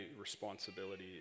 responsibility